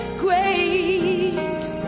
grace